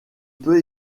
peut